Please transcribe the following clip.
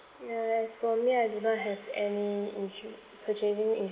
ya as for me I do not have any insu~ purchasing ins~